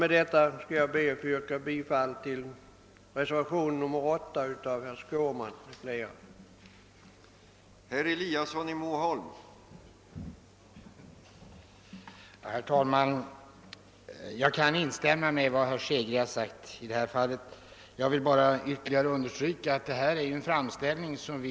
Med det anförda ber jag att få yrka bifall till reservationen 8 av herr Skårman m.fl.